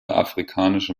afrikanische